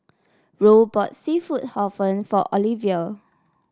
Roe bought seafood Hor Fun for Olivia